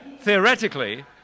Theoretically